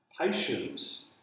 Patience